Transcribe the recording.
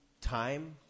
time